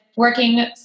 working